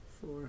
four